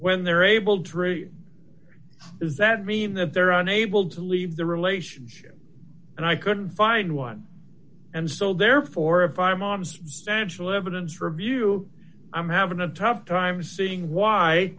when they're able to raise does that mean that there are unable to leave the relationship and i couldn't find one and so therefore if i'm honest central evidence review i'm having a tough time seeing why